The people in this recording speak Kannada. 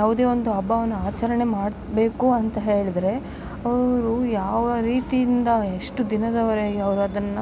ಯಾವುದೇ ಒಂದು ಹಬ್ಬವನ್ನು ಆಚರಣೆ ಮಾಡಬೇಕು ಅಂತ ಹೇಳಿದರೆ ಅವರು ಯಾವ ರೀತಿಯಿಂದ ಎಷ್ಟು ದಿನದವರೆಗೆ ಅವರು ಅದನ್ನ